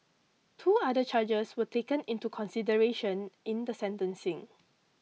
two other charges were taken into consideration in the sentencing